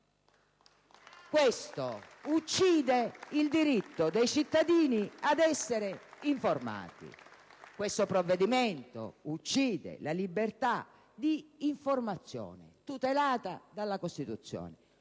Questo uccide il diritto dei cittadini ad essere informati. Questo provvedimento uccide la libertà di informazione tutelata dalla Costituzione.